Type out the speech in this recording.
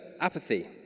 apathy